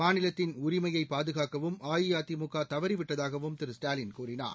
மாநிலத்தின் உரிமையைபாதுகாக்கவும் அஇஅதிமுகதவறிவிட்டதாகவும் திரு ஸ்டாலின் கூறினார்